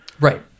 right